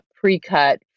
pre-cut